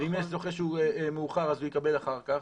ואם יש זוכה שהוא מאוחר אז הוא יקבל אחר כך.